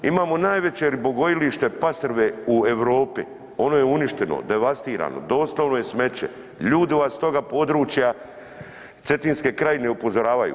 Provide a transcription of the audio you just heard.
Imamo najveće ribogojilište pastrve u Europi, ono je uništeno, devastirano, doslovno je smeće, ljudi vas s toga područja Cetinske krajine upozoravaju.